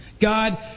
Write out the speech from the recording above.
God